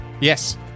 yes